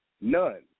None